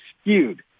skewed